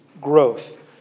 growth